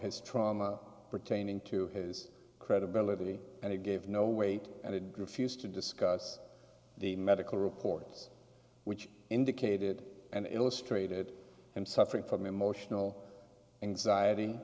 his trauma pertaining to his credibility and he gave no weight and it grew fused to discuss the medical reports which indicated and illustrated i'm suffering from emotional anxiety